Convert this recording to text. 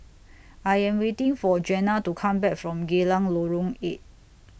I Am waiting For Jenna to Come Back from Geylang Lorong eight